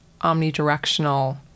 omnidirectional